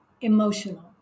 emotional